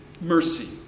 mercy